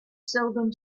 seldom